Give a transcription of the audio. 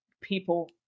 people